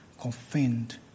confined